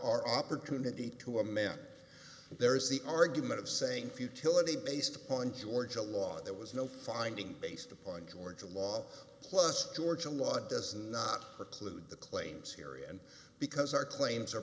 our opportunity to a man there is the argument of saying futility based upon georgia law there was no finding based upon georgia law plus georgia law does not preclude the claims here and because our claims are